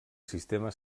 sistema